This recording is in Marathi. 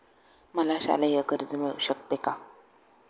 मला शालेय कर्ज मिळू शकते का?